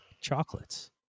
chocolates